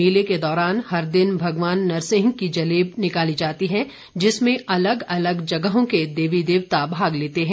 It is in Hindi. मेले के दौरान हर दिन भगवान नरसिंह की जलेब निकाली जाती है जिसमें अलग अलग जगहों के देवी देवता भाग लेते हैं